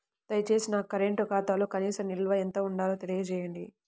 దయచేసి నా కరెంటు ఖాతాలో కనీస నిల్వ ఎంత ఉండాలో తెలియజేయండి